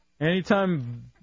Anytime